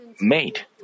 made